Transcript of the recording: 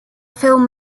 film